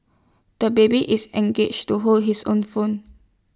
the baby is engage to hold his own phone